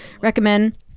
recommend